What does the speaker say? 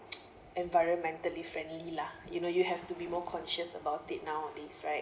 environmentally friendly lah you know you have to be more conscious about it nowadays right